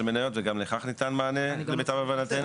מניות וגם לכך ניתן מענה למיטב הבנתנו.